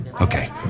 Okay